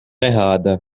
errada